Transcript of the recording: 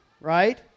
right